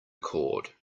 cord